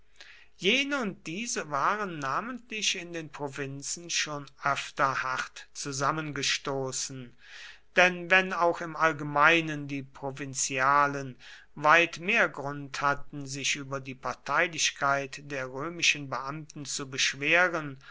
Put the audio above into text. jene und diese waren namentlich in den provinzen schon öfter hart zusammengestoßen denn wenn auch im allgemeinen die provinzialen weit mehr grund hatten sich über die parteilichkeit der römischen beamten zu beschweren